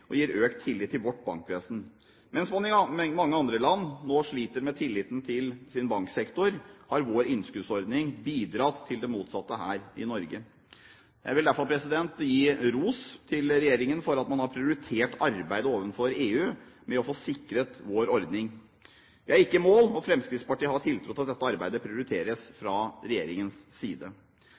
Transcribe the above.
og gir økt tillit til vårt bankvesen. Mens man i mange andre land nå sliter med tilliten til sin banksektor, har vår innskuddsordning bidratt til det motsatte her i Norge. Jeg vil derfor gi ros til regjeringen for at man overfor EU har prioritert arbeidet med å få sikret vår ordning. Vi er ikke i mål, og Fremskrittspartiet har tiltro til at dette arbeidet prioriteres fra regjeringens side.